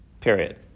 Period